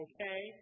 Okay